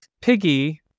Piggy